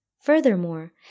Furthermore